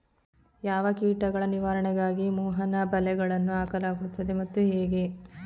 ಯಾವ ಕೀಟಗಳ ನಿವಾರಣೆಗಾಗಿ ಮೋಹನ ಬಲೆಗಳನ್ನು ಹಾಕಲಾಗುತ್ತದೆ ಮತ್ತು ಹೇಗೆ?